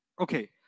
Okay